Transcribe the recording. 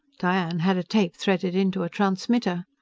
diane had a tape threaded into a transmitter.